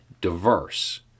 diverse